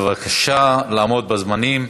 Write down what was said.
בבקשה לעמוד בזמנים.